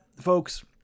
folks